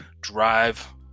drive